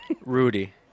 Rudy